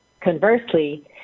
Conversely